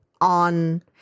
on